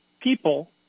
people